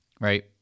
Right